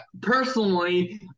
personally